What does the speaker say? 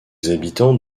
habitants